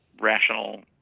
rational